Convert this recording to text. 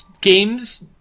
Games